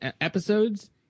episodes